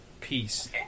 Peace